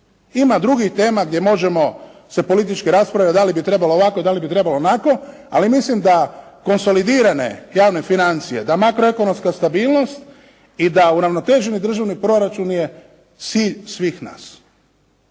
Ima drugih tema gdje možemo se politički raspravljati da li bi trebalo ovako, da li bi trebalo onako. Ali mislim da konsolidirane javne financije, da makroekonomska stabilnost i da uravnoteženi državni proračun je cilj svih nas.